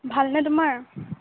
ভালনে তোমাৰ